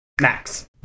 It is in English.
Max